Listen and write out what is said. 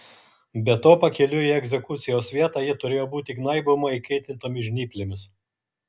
be to pakeliui į egzekucijos vietą ji turėjo būti gnaiboma įkaitintomis žnyplėmis